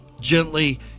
Gently